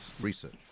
research